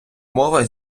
мова